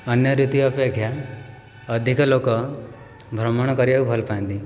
ଅନ୍ୟ ଋତୁ ଅପେକ୍ଷା ଅଧିକ ଲୋକ ଭ୍ରମଣ କରିବାକୁ ଭଲ ପାଆନ୍ତି